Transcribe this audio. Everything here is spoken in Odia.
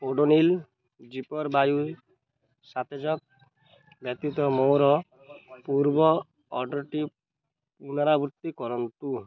ଓଡ଼ୋନିଲ୍ ଜିପର୍ ବାୟୁ ସତେଜକ ବ୍ୟତୀତ ମୋର ପୂର୍ବ ଅର୍ଡ଼ର୍ଟିର ପୁନରାବୃତ୍ତି କରନ୍ତୁ